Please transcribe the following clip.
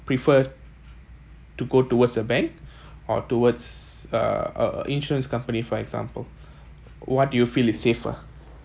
prefer to go towards a bank or towards a a a insurance company for example what do you feel is safer